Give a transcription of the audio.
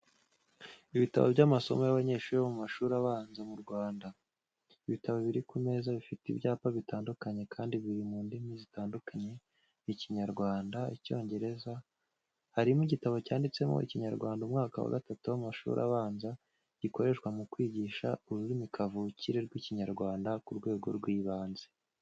Ibitabo by’amasomo y’abanyeshuri bo mu mashuri abanza mu Rwanda. Ibitabo biri ku meza bifite ibyapa bitandukanye kandi biri mu ndimi zitandukanye Ikinyarwanda, Icyongereza. Harimo igitabo cyanditseho Ikinyarwanda umwaka wa gatatu w'amashuri abanza gikoreshwa mu kwigisha ururimi kavukire rw’Ikinyarwanda ku rwego rw’ibanze.